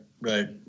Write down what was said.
right